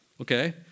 Okay